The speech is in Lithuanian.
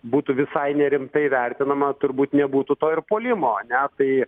būtų visai nerimtai vertinama turbūt nebūtų to ir puolimo ane tai